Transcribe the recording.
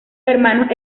hermanos